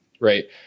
Right